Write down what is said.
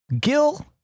Gil